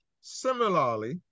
Similarly